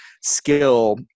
skill